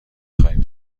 خواهیم